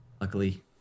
luckily